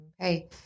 Okay